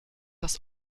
das